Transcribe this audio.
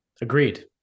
Agreed